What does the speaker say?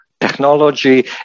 technology